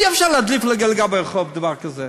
אי-אפשר להדליף לרחוב דבר כזה.